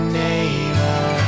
neighbor